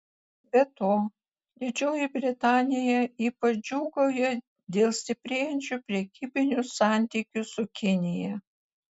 be to didžioji britanija ypač džiūgauja dėl stiprėjančių prekybinių santykių su kinija